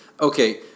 okay